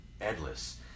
endless